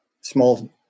small